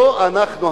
לא אנחנו,